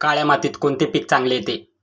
काळ्या मातीत कोणते पीक चांगले येते?